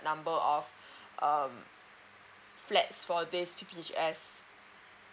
number of um flats for this P_P_H_S